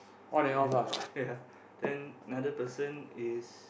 then ya then another person is